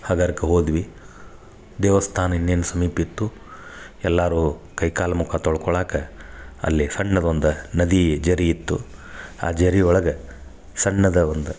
ಹಗರ್ಕ ಹೋದ್ವಿ ದೇವಸ್ಥಾನ ಇನ್ನೇನು ಸಮೀಪ ಇತ್ತು ಎಲ್ಲಾರು ಕೈ ಕಾಲು ಮುಖ ತೊಳ್ಕೊಳ್ಳಾಕ ಅಲ್ಲಿ ಸಣ್ಣದೊಂದ ನದಿ ಝರಿ ಇತ್ತು ಆ ಝರಿ ಒಳಗೆ ಸಣ್ಣದ ಒಂದು